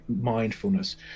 mindfulness